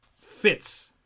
fits